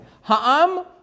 Ha'am